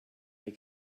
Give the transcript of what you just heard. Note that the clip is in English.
they